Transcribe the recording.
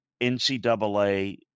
NCAA